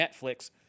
Netflix